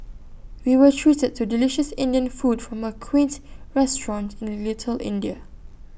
we were treated to delicious Indian food from A quaint restaurant in little India